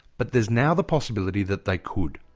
but there's now the possibility that they could.